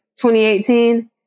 2018